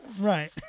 right